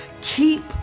Keep